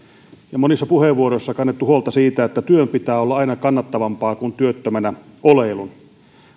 ja monissa puheenvuoroissa kannettu huolta siitä että työn pitää olla aina kannattavampaa kuin työttömänä oleilun